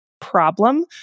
problem